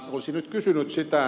olisin nyt kysynyt